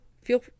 feel